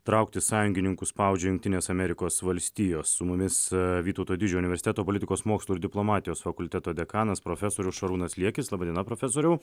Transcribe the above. trauktis sąjungininkus spaudžia jungtinės amerikos valstijos su mumis vytauto didžiojo universiteto politikos mokslų ir diplomatijos fakulteto dekanas profesorius šarūnas liekis laba diena profesoriau